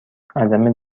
عدم